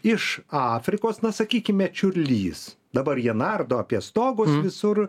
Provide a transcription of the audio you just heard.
iš afrikos na sakykime čiurlys dabar jie nardo apie stogu visur